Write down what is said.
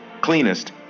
cleanest